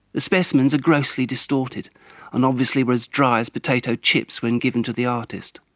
the specimens are grossly distorted and obviously were as dry as potato chips when given to the artist.